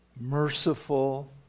Merciful